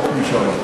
חוק משאל עם.